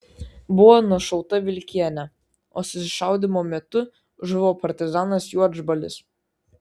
buvo nušauta vilkienė o susišaudymo metu žuvo partizanas juodžbalis